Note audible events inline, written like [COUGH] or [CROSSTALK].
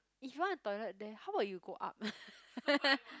if you want a toilet that how about you go up [LAUGHS]